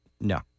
no